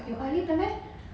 有 olive 的 meh